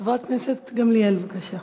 חברת הכנסת גמליאל, בבקשה.